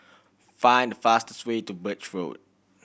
find the fastest way to Birch Road